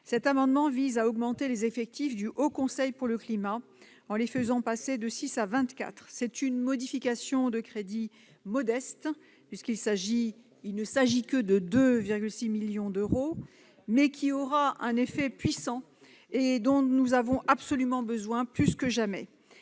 Cet amendement vise à augmenter les effectifs Haut Conseil pour le climat, en les faisant passer de 6 à 24. C'est une modification de crédits modeste, à hauteur de 2,6 millions d'euros, mais qui aura un effet puissant, dont nous avons plus que jamais